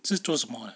是做什么的